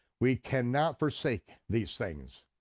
we cannot forsake these things.